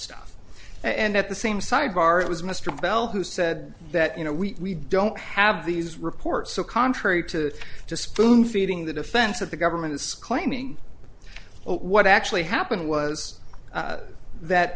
stuff and at the same sidebar it was mr bell who said that you know we don't have these reports so contrary to to spoon feeding the defense that the government is claiming what actually happened was that